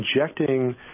injecting